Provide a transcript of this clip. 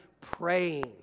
praying